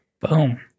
Boom